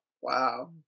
wow